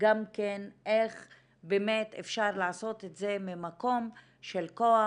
גם איך באמת אפשר לעשות את זה ממקום של כוח,